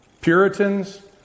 Puritans